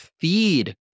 feed